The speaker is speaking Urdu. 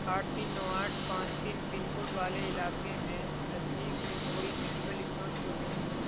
آٹھ تین نو آٹھ پانچ تین پن کوڈ والے علاقے میں نزدیک میں کوئی میڈیکل اسٹور کیوں نہیں ہے